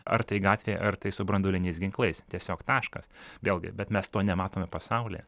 ar tai gatvėj ar tai su branduoliniais ginklais tiesiog taškas vėlgi bet mes to nematome pasaulyje